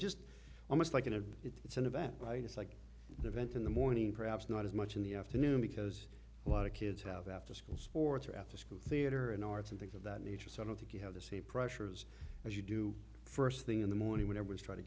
just almost like you know it's an event right it's like the event in the morning perhaps not as much in the afternoon because a lot of kids have after school sports or after school theater and arts and things of that nature so i don't think you have the same pressures as you do first thing in the morning when i was trying to